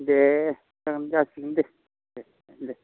दे जागोन गासिबो दे